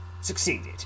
Succeeded